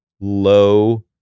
low